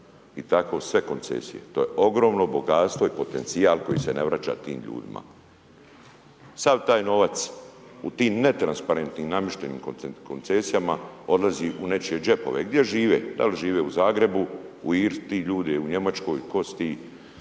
I tako sve koncesije. To je ogromno bogatstvo i potencijal koji se ne vraća tim ljudima. Sav taj novac u tim netransparentnim namještenim koncesijama odlazi u nečije džepove, gdje žive da li žive u Zagrebu, u Irskoj, ti ljudi, u Njemačkoj, tko su ti,